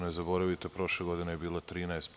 Ne zaboravite, prošle godine je bila 13%